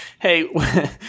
hey